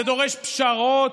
זה דורש פשרות,